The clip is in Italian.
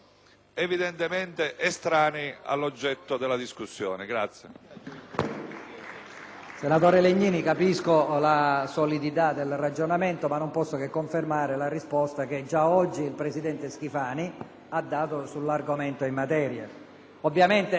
Senatore Legnini, capisco la solidità del ragionamento, ma non posso che confermare la risposta che già oggi il presidente Schifani ha dato sull'argomento in questione. Ovviamente resta alla decisione dei Gruppi la possibilità di regolarsi come meglio credono.